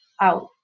out